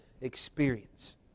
experience